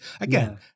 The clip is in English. Again